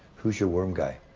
who's your worm guy?